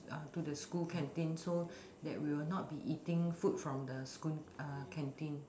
uh to the school canteen so that we will not be eating food from the school uh canteen